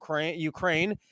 Ukraine